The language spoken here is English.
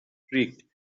streak